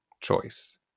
choice